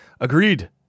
Agreed